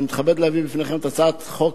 אני מתכבד להביא בפניכם את הצעת חוק